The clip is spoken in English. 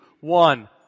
one